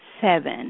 seven